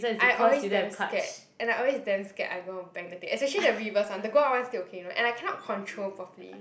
I always damn scared and I always damn scared I go and bang the thing especially the reverse one the go up one still okay you know and I cannot control properly